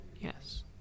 Yes